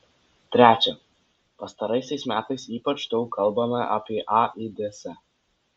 trečia pastaraisiais metais ypač daug kalbama apie aids